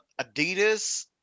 Adidas